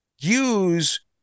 use